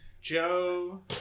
Joe